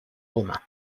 romain